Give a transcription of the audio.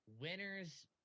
winners